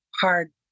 hard